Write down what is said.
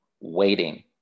waiting